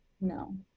no